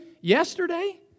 yesterday